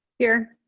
here.